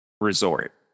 resort